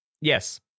yes